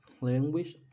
Language